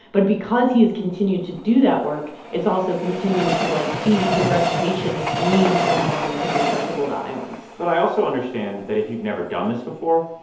but because he has continued to do that work, it's also continued to, like, feed his reputation as being someone who's accessible to iowans but i also understand that if you've never done this before,